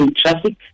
traffic